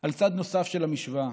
על צד נוסף של המשוואה,